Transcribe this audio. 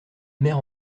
mère